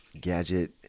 Gadget